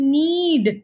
need